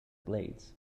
blades